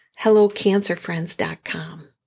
HelloCancerFriends.com